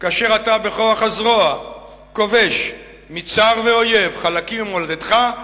כאשר אתה בכוח הזרוע כובש מצר ואויב חלקים ממולדתך,